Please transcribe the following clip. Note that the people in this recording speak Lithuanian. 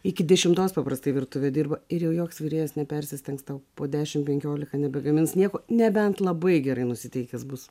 iki dešimtos paprastai virtuvė dirba ir joks virėjas nepersistengs tau po dešimt penkiolika nebegamins nieko nebent labai gerai nusiteikęs bus